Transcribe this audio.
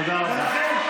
תודה רבה.